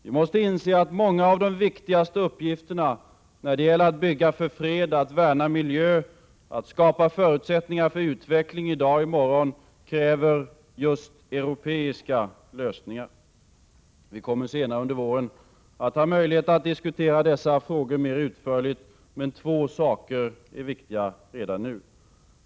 Vi måste inse att många av de viktigaste uppgifterna när det gäller att bygga för fred, att värna miljön och att skapa förutsättningar för utveckling i dag och i morgon kräver just europeiska lösningar. Vi kommer senare under våren att ha möjlighet att diskutera dessa frågor mer utförligt. Men två saker är viktiga redan nu.